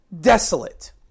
desolate